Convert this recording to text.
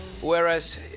whereas